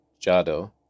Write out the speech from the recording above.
Jado